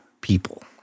people